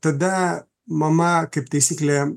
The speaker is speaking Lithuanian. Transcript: tada mama kaip taisyklė